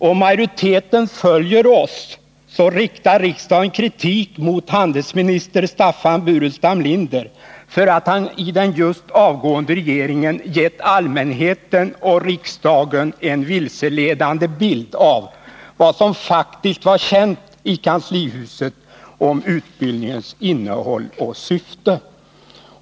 Om majoriteten följer oss, riktar riksdagen kritik mot handelsminister Staffan Burenstam Linder för att han i den just avgående regeringen gett allmänheten och riksdagen en vilseledande bild av vad som faktiskt var känt i kanslihuset om utbildningens innehåll och syfte.